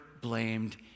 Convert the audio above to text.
blamed